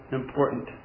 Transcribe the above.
important